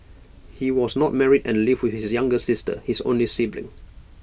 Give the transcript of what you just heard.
he was not married and lived with his younger sister his only sibling